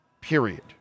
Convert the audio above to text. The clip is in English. period